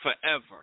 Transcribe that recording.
forever